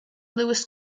lewis